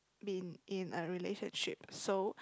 been in a relationship so